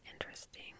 interesting